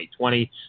2020